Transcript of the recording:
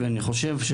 ונכון שדברים כאלה,